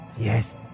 Yes